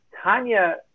Tanya